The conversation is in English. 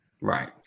Right